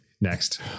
next